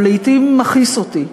הוא לעתים מכעיס אותי,